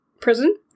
prison